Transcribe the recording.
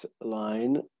line